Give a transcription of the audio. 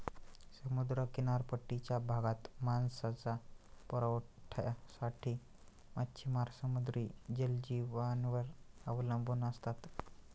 समुद्र किनारपट्टीच्या भागात मांसाच्या पुरवठ्यासाठी मच्छिमार समुद्री जलजीवांवर अवलंबून असतात